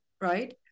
right